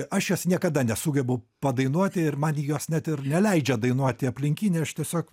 aš jos niekada nesugebu padainuoti ir man jos net ir neleidžia dainuoti aplinkiniai aš tiesiog